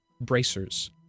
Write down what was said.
Bracers